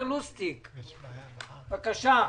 בבקשה.